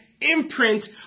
imprint